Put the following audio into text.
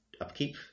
Upkeep